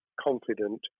confident